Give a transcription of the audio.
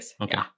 Okay